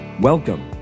Welcome